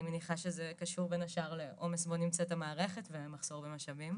אני מניחה שזה קשור בין השאר לעומס בו נמצאת המערכת ומחסור במשאבים,